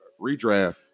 redraft